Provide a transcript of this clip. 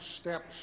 steps